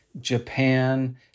Japan